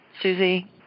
Susie